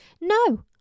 no